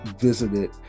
visited